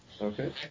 Okay